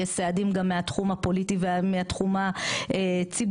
יש צעדים גם מהתחום הפוליטי והתחום הציבורי.